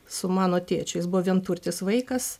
su mano tėčiu jis buvo vienturtis vaikas